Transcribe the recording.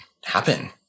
happen